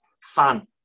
fun